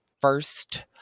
first